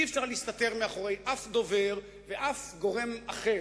אי-אפשר להסתתר מאחורי אף דובר ואף גורם אחר.